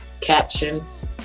captions